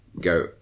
go